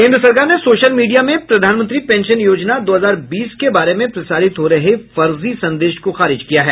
केन्द्र सरकार ने सोशल मीडिया में प्रधानमंत्री पेंशन योजना दो हजार बीस के बारे में प्रसारित हो रहे फर्जी संदेश को खारिज किया है